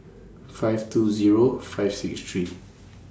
five two Zero five six three